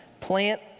Plant